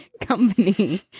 company